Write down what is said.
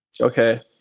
Okay